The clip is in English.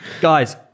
Guys